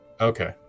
Okay